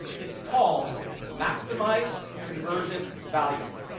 it's called maximize conversion value.